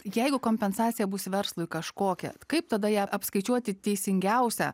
jeigu kompensacija bus verslui kažkokia kaip tada ją apskaičiuoti teisingiausia